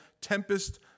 tempest